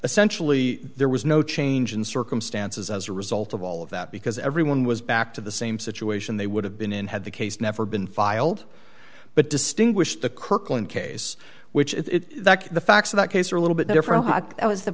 essentially there was no change in circumstances as a result of all of that because everyone was back to the same situation they would have been in had the case never been filed but distinguish the kirkland case which is that the facts of that case are a little bit different but that was the